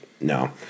No